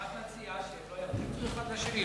מה את מציעה, שהם לא ירביצו אחד לשני?